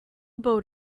boat